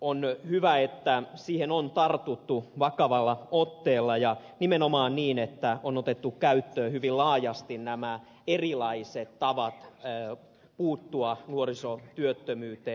on hyvä että siihen on tartuttu vakavalla otteella ja nimenomaan niin että on otettu käyttöön hyvin laajasti nämä erilaiset tavat puuttua nuorisotyöttömyyteen